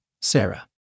Sarah